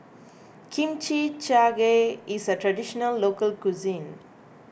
Kimchi Jjigae is a Traditional Local Cuisine